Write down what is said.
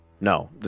No